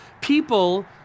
people